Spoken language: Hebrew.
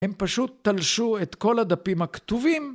הם פשוט תלשו את כל הדפים הכתובים.